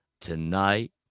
Tonight